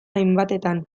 hainbatetan